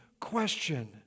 question